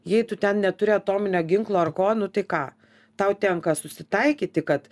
jei tu ten neturi atominio ginklo ar ko nu tai ką tau tenka susitaikyti kad